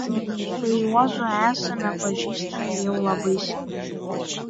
su juozu esame pažįstami jau labai seniai